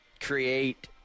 create